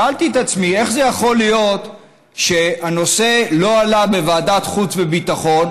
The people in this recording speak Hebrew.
שאלתי את עצמי: איך זה יכול להיות שהנושא לא עלה בוועדת החוץ והביטחון,